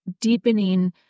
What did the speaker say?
deepening